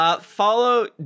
follow